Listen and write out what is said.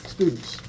Students